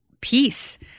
peace